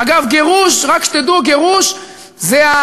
אגב, גירוש, רק שתדעו, גירוש זה,